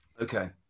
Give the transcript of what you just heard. Okay